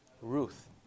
Ruth